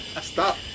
Stop